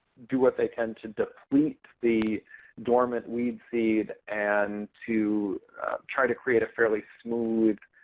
do what they can to deplete the dormant weed seed, and to try to create a fairly smooth,